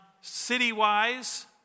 city-wise